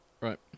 right